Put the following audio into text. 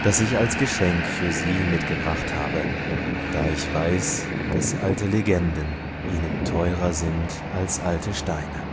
das ich als geschenk für sie mitgebracht habe da ich weiß daß alte legenden ihnen teurer sind als alte steine